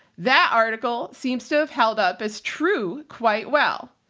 that article seems to have held up as true quite well.